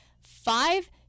Five